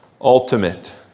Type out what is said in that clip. ultimate